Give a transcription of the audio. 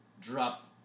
drop